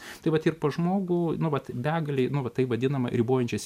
tai vat ir pas žmogų nu vat begalė nu vat tai vadinama ribojančiais